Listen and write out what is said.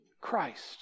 Christ